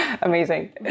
Amazing